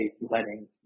letting